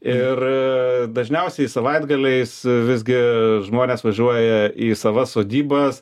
ir dažniausiai savaitgaliais visgi žmonės važiuoja į savas sodybas